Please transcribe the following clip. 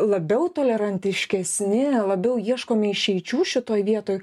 labiau tolerantiškesni labiau ieškome išeičių šitoj vietoj